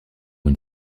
une